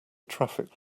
traffic